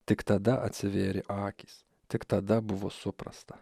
tik tada atsivėrė akys tik tada buvo suprasta